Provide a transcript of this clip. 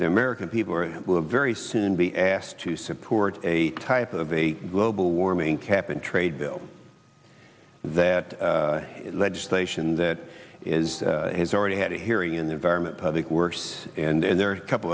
the american people will very soon be asked to support a type of a global warming cap and trade bill that legislation that is has already had a hearing in the environment public works and there are a couple